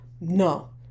No